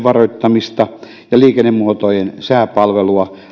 varoittaa luonnononnettomuuksista ja antaa liikennemuotojen sääpalvelua